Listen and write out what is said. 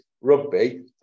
rugby